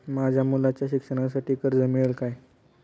माझ्या मुलाच्या शिक्षणासाठी कर्ज मिळेल काय?